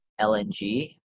LNG